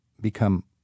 become